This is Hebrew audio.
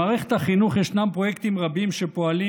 במערכת החינוך ישנם פרויקטים רבים שפועלים